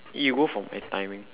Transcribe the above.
you go from that timing